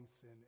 sin